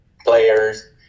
players